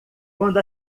quando